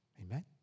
Amen